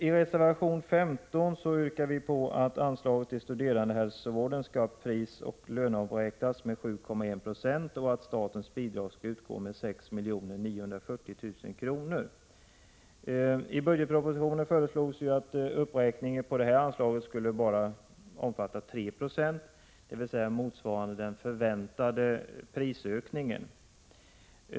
I reservation nr 15 yrkar vi att anslaget till studerandehälsovården skall prisoch löneuppräknas med 7,1 96 och att statens bidrag skall utgå med 6 940 000 kr. I budgetpropositionen föreslås att uppräkningen av det här anslaget bara skulle omfatta 3 26, dvs. motsvarande den förväntade prisökningen.